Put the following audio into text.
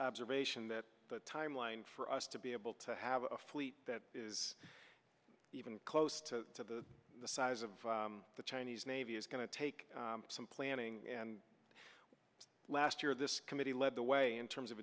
observation that the time line for us to be able to have a fleet that is even close to the size of the chinese navy is going to take some planning and last year this committee led the way in terms of